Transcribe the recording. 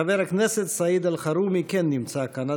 חבר הכנסת סעיד אלחרומי כן נמצא כאן.